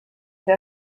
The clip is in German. der